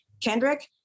Kendrick